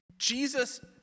Jesus